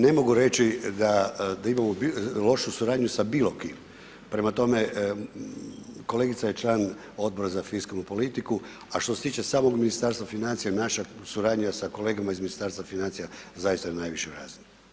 Ne mogu reći da imamo lošu suradnju sa bilo kim, prema tome, kolegica je član Odbora za fiskalnu politiku a što se tiče samog Ministarstva financija, naša suradnja sa kolegama iz Ministarstva financija zaista je na najvišoj razini.